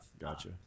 Gotcha